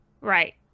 Right